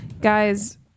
guys